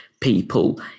people